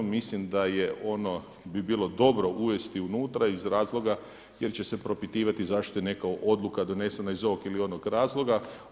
Mislim da bi ono bilo dobro uvesti unutra iz razloga jer će se propitivati zašto je neka odluka donesena iz ovog ili onog razloga.